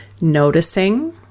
noticing